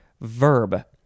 verb